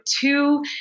two